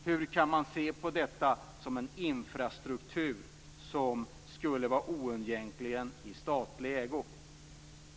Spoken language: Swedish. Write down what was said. Hur kan man se på detta som en infrastruktur som oundgängligen skulle vara i statlig ägo?